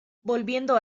volviendo